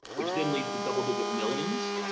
which then leads to double-digit millions,